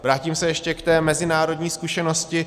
Vrátím se ještě k té mezinárodní zkušenosti.